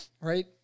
right